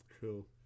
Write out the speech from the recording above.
Cool